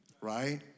right